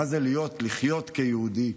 מה זה לחיות כיהודי,